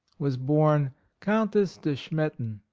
was born countess de schmettan,